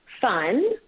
fun